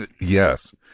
Yes